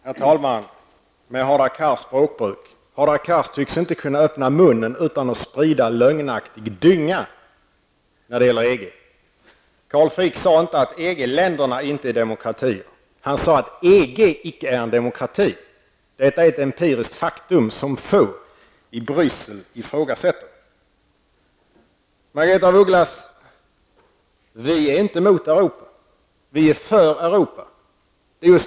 Herr talman! Med Hadar Cars språkbruk kan man säga att Hadar Cars inte tycks kunna öppna munnen utan att sprida lögnaktig dynga när det gäller EG. Carl Frick sade inte att EG-länderna inte är demokratier. Han sade att EG icke är en demokrati. Detta är ett empiriskt faktum som få i Bryssel ifrågasätter. Margaretha af Ugglas, vi är inte emot Europa. Vi är för Europa.